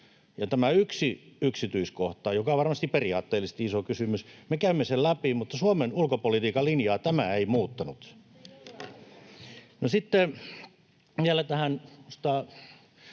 tämän yhden yksityiskohdan, joka on varmasti periaatteellisesti iso kysymys, me käymme läpi, mutta Suomen ulkopolitiikan linjaa tämä ei muuttanut. [Tuula Väätäinen: